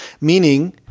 Meaning